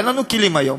אין לנו כלים היום.